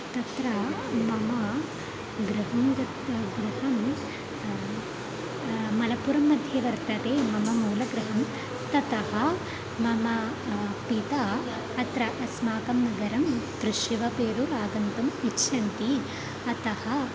तत्र मम गृहं गत्वा गृहं मलपुरं मध्ये वर्तते मम मूलगृहं ततः मम मम पिता अत्र अस्माकं नगरं तृश्शिवपेरु आगन्तुम् इच्छन्ति अतः